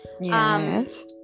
Yes